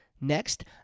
next